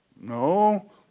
No